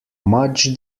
much